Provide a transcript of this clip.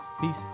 Peace